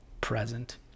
present